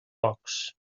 pocs